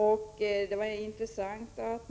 Exempelvis ansåg